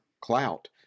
clout